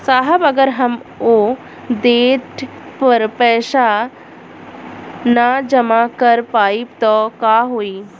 साहब अगर हम ओ देट पर पैसाना जमा कर पाइब त का होइ?